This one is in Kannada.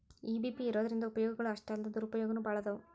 ಇ.ಬಿ.ಪಿ ಇರೊದ್ರಿಂದಾ ಉಪಯೊಗಗಳು ಅಷ್ಟಾಲ್ದ ದುರುಪಯೊಗನೂ ಭಾಳದಾವ್